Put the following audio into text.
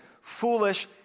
foolish